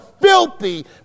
filthy